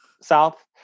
South